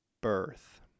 birth